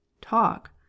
talk